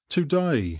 Today